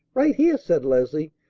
right here, said leslie,